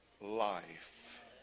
life